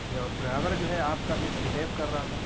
یہ اور ڈرائیور جو ہے آپ کا مس بہیو کر رہا تھا